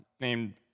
named